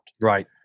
Right